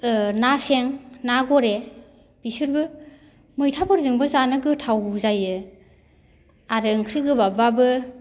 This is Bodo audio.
ओ ना सें ना गरे बिसोरबो मैथाफोरजोंबो जानो गोथाव जायो आरो ओंख्रि गोबाबब्लाबो